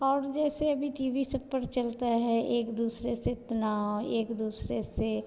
और जैसे अभी टी वी सब पर चलता है एक दूसरे से इतना एक दूसरे से